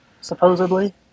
supposedly